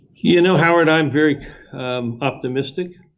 you know, howard, i'm very optimistic.